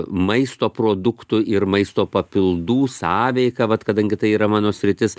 maisto produktų ir maisto papildų sąveiką vat kadangi tai yra mano sritis